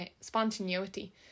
spontaneity